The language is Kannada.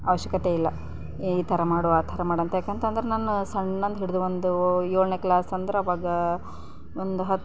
ಅವಶ್ಯಕತೆ ಇಲ್ಲ ಈ ಥರ ಮಾಡು ಆ ಥರ ಮಾಡು ಅಂತ ಏಕೆಂತಂದ್ರೆ ನಾನು ಸಣ್ಣಂದ್ ಹಿಡಿದು ಒಂದು ಏಳನೇ ಕ್ಲಾಸ್ ಅಂದ್ರೆ ಅವಾಗ ಒಂದು ಹತ್ತು